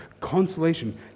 Consolation